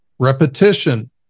Repetition